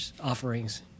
offerings